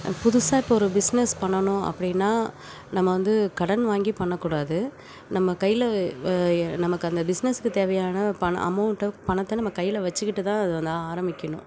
புதுசாக இப்போ ஒரு பிஸ்னஸ் பண்ணனும் அப்படின்னா நம்ம வந்து கடன் வாங்கி பண்ணக்கூடாது நம்ம கையில வ ய நமக்கு அந்த பிஸ்னஸ்க்கு தேவையான பண அமௌண்ட்டை பணத்தை நம்ம கையில் வெச்சுக்கிட்டு தான் அது வந்து ஆரமிக்கணும்